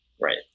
Right